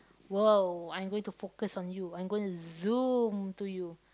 !wow! I'm going to focus on you I'm going to zoom to you